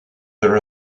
there